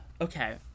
Okay